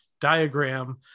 diagram